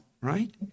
right